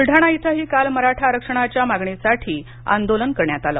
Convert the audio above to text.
बुलडाणा इथंही काल मराठा आरक्षणाच्या मागणीसाठी आंदोलन करण्यात आलं